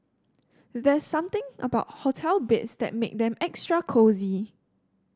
there's something about hotel beds that make them extra cosy